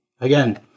Again